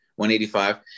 185